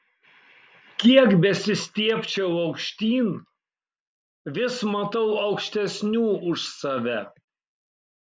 kiek besistiebčiau aukštyn vis matau aukštesnių už save